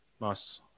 Nice